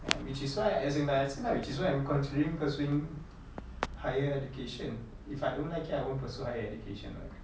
ya which is why as in like I feel like which is why I'm considering pursuing higher education if I don't like it I won't pursue higher education [what]